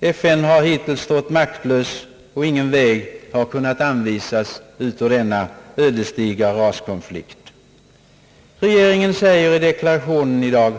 FN har hittills stått maktlöst, och ingen väg ur denna ödesdigra konflikt kan anvisas. Regeringen säger i deklarationen i dag